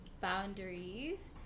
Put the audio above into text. boundaries